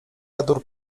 dur